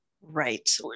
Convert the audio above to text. Right